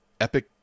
epic